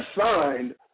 signed